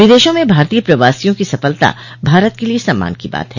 विदेशों में भारतीय प्रवासियों की सफलता भारत के लिए सम्मान की बात है